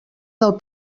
del